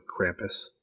Krampus